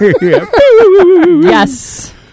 yes